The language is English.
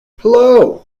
hello